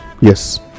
Yes